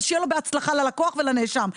אז שיהיה לו בהצלחה ללקוח ולנאשם.